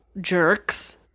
jerks